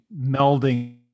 melding